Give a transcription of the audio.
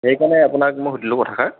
সেইকাৰণে আপোনাক মই সুধিলোঁ কথাষাৰ